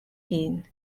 hun